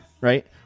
right